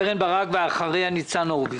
חברת הכנסת קרן ברק ואחריה חבר הכנסת ניצן הורוביץ.